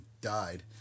died